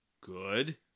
good